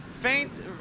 faint